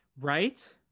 right